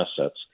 assets